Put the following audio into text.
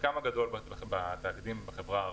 שחלקם הגדול הוא בחברה הערבית,